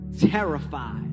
terrified